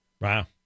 Wow